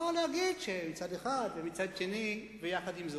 או להגיד ש"מצד אחד" ו"מצד שני" ו"יחד עם זאת".